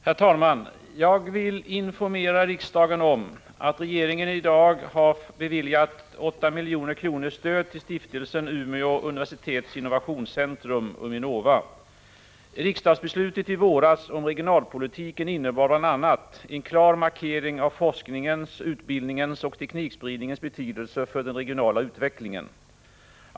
Herr talman! Jag vill informera riksdagen om att regeringen i dag har beviljat 8 milj.kr. i stöd till Stiftelsen Umeå Universitets Innovationscentrum, UMINOVA. Riksdagsbeslutet i våras om regionalpolitiken innebar bl.a. en klar markering av forskningens, utbildningens och teknikspridningens betydelse för den regionala utvecklingen.